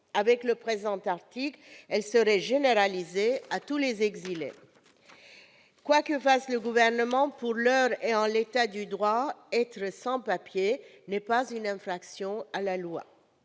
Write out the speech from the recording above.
Avec cet article, elles seraient généralisées à tous les exilés. Quoi que fasse le Gouvernement, pour l'heure et en l'état du droit, être sans papiers n'est pas une infraction à la loi.